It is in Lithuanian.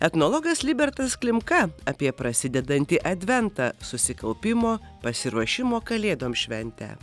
etnologas libertas klimka apie prasidedantį adventą susikaupimo pasiruošimo kalėdom šventę